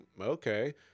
okay